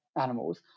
animals